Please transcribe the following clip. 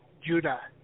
Judah